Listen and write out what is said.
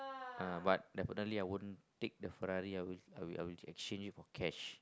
ah but definitely I would take the Ferrari I will I will I will exchange it for cash